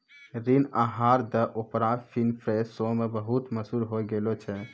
ऋण आहार द ओपरा विनफ्रे शो मे बहुते मशहूर होय गैलो छलै